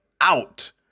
out